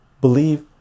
believe